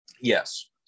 Yes